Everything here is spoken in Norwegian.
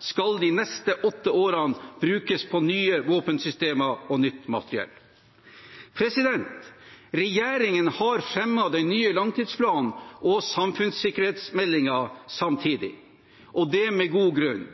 skal de neste åtte årene brukes på nye våpensystemer og nytt materiell. Regjeringen har fremmet den nye langtidsplanen og samfunnssikkerhetsmeldingen samtidig, og det med god grunn.